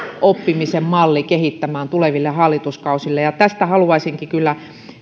oppimisen mallin kehittämään tuleville hallituskausille ja tästä haluaisinkin kyllä